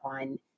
on